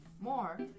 More